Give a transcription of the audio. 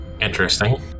Interesting